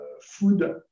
food